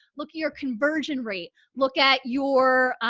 look at your conversion rate, look at your,